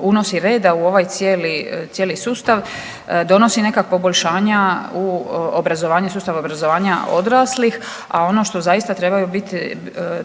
unosi reda u ovaj cijeli, cijeli sustav, donosi neka poboljšanja u obrazovanje, sustav obrazovanja odraslih, a ono što zaista trebaju biti,